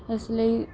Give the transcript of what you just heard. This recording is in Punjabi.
ਇਸ ਲਈ